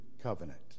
covenant